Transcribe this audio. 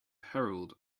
herald